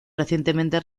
recientemente